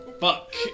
fuck